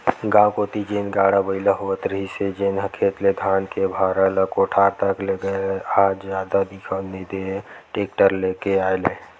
गाँव कोती जेन गाड़ा बइला होवत रिहिस हे जेनहा खेत ले धान के भारा ल कोठार तक लेगय आज जादा दिखउल नइ देय टेक्टर के आय ले